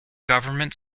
government